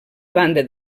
banda